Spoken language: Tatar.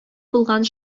булган